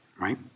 Right